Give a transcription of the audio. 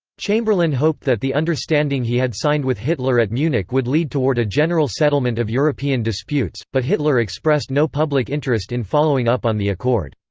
chamberlain hoped that the understanding he had signed with hitler at munich would lead toward a general settlement of european disputes, but hitler expressed no public interest in following up on the accord.